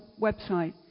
website